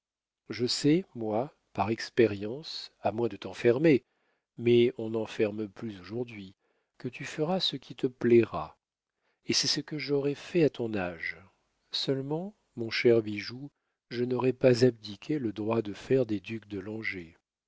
je sais moi par expérience à moins de t'enfermer mais on n'enferme plus aujourd'hui que tu feras ce qui te plaira et c'est ce que j'aurais fait à ton âge seulement mon cher bijou je n'aurais pas abdiqué le droit de faire des ducs de langeais